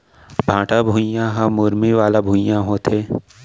भाठा भुइयां ह मुरमी वाला भुइयां होथे